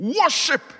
Worship